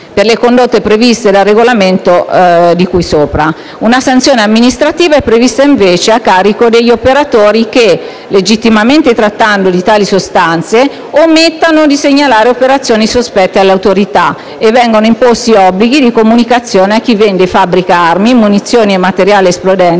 per le condotte previste dal regolamento di cui sopra. Una sanzione amministrativa è prevista invece a carico degli operatori che, legittimamente trattando tali sostanze, omettono di segnalare operazioni sospette alle autorità, e vengono imposti obblighi di comunicazione a chi vende e fabbrica armi, munizioni e materiali esplodenti,